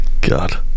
god